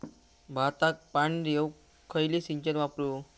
भाताक पाणी देऊक खयली सिंचन वापरू?